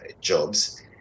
jobs